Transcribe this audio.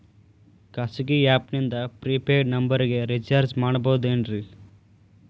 ಖಾಸಗಿ ಆ್ಯಪ್ ನಿಂದ prepaid ನಂಬರಿಗ ರೇಚಾರ್ಜ್ ಮಾಡಬಹುದೇನ್ರಿ?